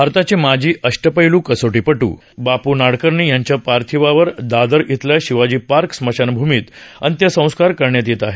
भारताचे माजी अष्टपैलू कसोटीपटू बापू नाडकर्णी यांच्या पार्थिवावर दादर इथल्या शिवाजीपार्क स्मशानभूमीत अंत्यसंस्कार करण्यात येत आहेत